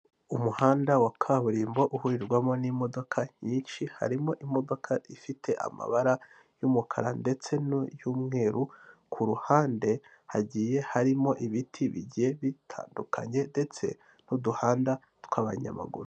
Umuhanda wa kaburimbo uhurirwamo n'imodoka nyinshi, harimo imodoka ifite amabara y'umukara ndetse niy'umweru, ku ruhande hagiye harimo ibiti bigiye bitandukanye ndetse n'uduhanda tw'abanyamaguru.